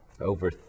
over